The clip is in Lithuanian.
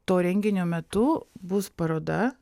to renginio metu bus paroda